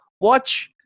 watch